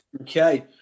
okay